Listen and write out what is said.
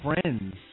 friends